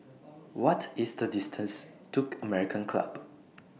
What IS The distance to American Club